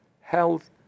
health